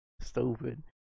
Stupid